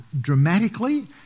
dramatically